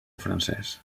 francès